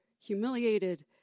humiliated